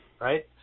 right